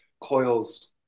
coils